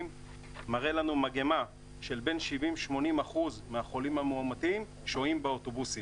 מראה לנו מגמה שבין 70%-80% מהחולים המאומתים שוהים באוטובוסים.